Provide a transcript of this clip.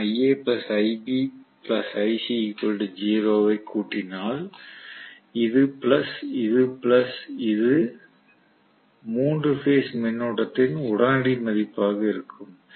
நான் ஐ கூட்டினால் இது பிளஸ் இது பிளஸ் இது 3 பேஸ் மின்னோட்டத்தின் உடனடி மதிப்பாக இருக்கும்